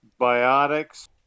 biotics